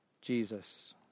Jesus